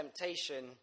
temptation